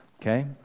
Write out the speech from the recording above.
okay